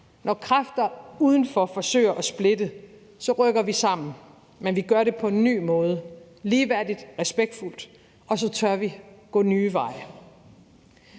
Når kræfter udenfor forsøger at splitte, rykker vi sammen, men vi gør det på en ny måde, ligeværdigt og respektfuldt, og så tør vi gå nye veje.